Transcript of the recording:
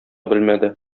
белмәде